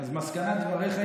אז מסקנת דבריך,